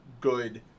good